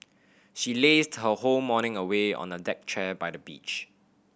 she lazed her whole morning away on a deck chair by the beach